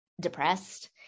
depressed